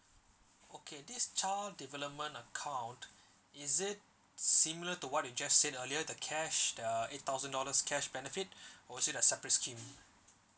okay this child development account is it similar to what you just said earlier the cash the eight thousand dollars cash benefit or is it a separate scheme